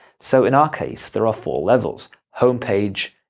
so in our case, there are four levels homepage,